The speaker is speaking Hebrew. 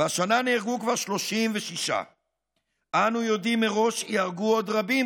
והשנה נהרגו כבר 36. אנו יודעים מראש שייהרגו עוד רבים,